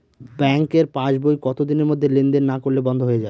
ব্যাঙ্কের পাস বই কত দিনের মধ্যে লেন দেন না করলে বন্ধ হয়ে য়ায়?